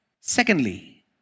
Secondly